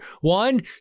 One